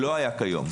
שלא היה כיום.